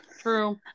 true